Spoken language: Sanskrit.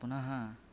पुनः